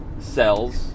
sells